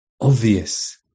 obvious